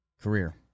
Career